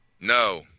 No